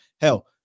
Hell